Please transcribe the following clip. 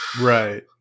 Right